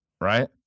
Right